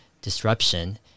disruption